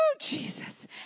Jesus